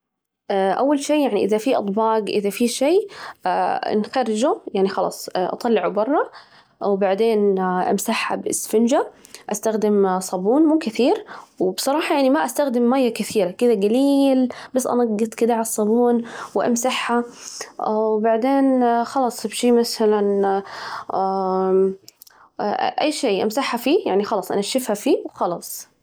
أول شي يعني إذا في أطباج إذا في شي نخرجه يعني خلاص أطلعه برا، وبعدين أمسحها بإسفنجة، أستخدم صابون مو كثير وبصراحة يعني ما أستخدم ماية كثيرة كذا قليل بس أنجط كذا عالصابون، وأمسحها، وبعدين خلاص بشي مثلاً أي شي أمسحها فيه، يعني خلاص أنشفها فيه وخلاص.